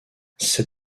c’est